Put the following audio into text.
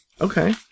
okay